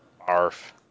Arf